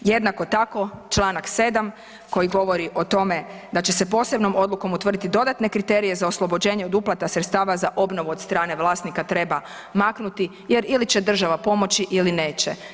Jednako tako čl. 7. koji govori o tome da će se posebnom odlukom utvrditi dodatne kriterije za oslobođenje od uplata sredstava za obnovu od strane vlasnika treba maknuti jel ili će država pomoći ili neće.